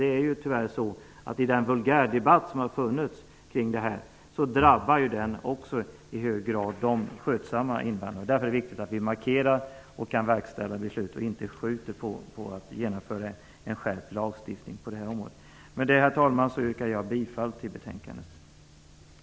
Den vulgärdebatt som har förts drabbar ju tyvärr också i hög grad de skötsamma invandrarna. Det är viktigt att vi gör en markering och inte skjuter upp genomförandet av en skärpt lagstiftning på det här området. Herr talman! Med det anförda yrkar jag bifall till hemställan i betänkandet.